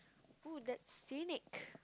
oo that's scenic